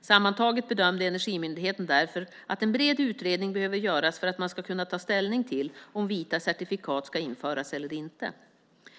Sammantaget bedömde Energimyndigheten därför att en bred utredning behöver göras för att man ska kunna ta ställning till om vita certifikat ska införas eller inte.